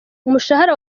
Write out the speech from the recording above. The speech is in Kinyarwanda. umushahara